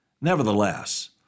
Nevertheless